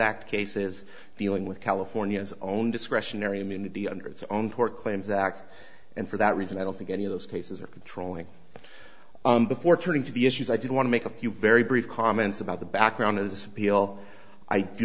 act cases dealing with california's own discretionary immunity under its own court claims act and for that reason i don't think any of those cases are controlling it before turning to the issues i do want to make a few very brief comments about the background